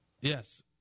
yes